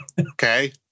okay